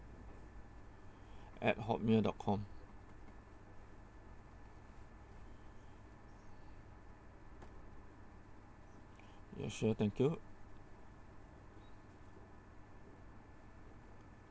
at Hotmail dot com yes sure thank you